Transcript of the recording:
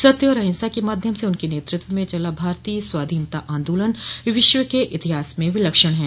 सत्य और अहिंसा के माध्यम से उनके नतृत्व में चला भारतीय स्वाधीनता आंदोलन विश्व के इतिहास में विलक्षण है